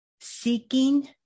seeking